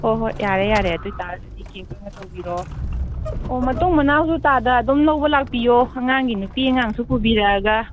ꯍꯣꯏ ꯍꯣꯏ ꯌꯥꯔꯦ ꯌꯥꯔꯦ ꯑꯗꯨꯏꯇꯥꯔꯒꯗꯤ ꯀꯦꯁ ꯑꯣꯏꯅ ꯇꯧꯕꯤꯔꯛꯑꯣ ꯑꯣ ꯃꯇꯨꯡ ꯃꯅꯥꯎꯁꯨ ꯇꯥꯗ ꯑꯗꯨꯝ ꯂꯧꯕ ꯂꯥꯛꯄꯤꯌꯣ ꯑꯉꯥꯡꯒꯤ ꯅꯨꯄꯤ ꯑꯉꯥꯡꯁꯨ ꯄꯨꯕꯤꯔꯛꯑꯒ